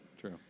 True